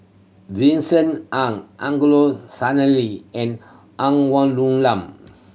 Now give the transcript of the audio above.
Vincent Ng Angelo Sanelli and Ng Woon Lam